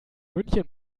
münchen